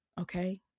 Okay